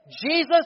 Jesus